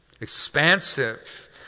expansive